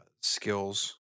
skills